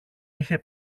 είχε